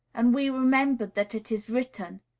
and we remembered that it is written,